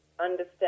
understand